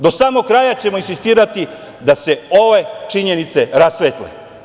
Do samog kraja ćemo insistirati da se ove činjenice rasvetle.